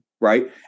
right